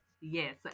Yes